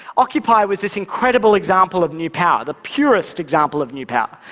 occupy was this incredible example of new power, the purest example of new power.